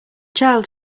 child